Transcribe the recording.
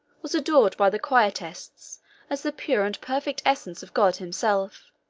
was adored by the quietists as the pure and perfect essence of god himself